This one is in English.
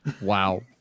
Wow